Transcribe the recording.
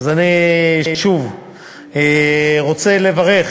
אני שוב רוצה לברך